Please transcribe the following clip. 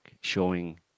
showing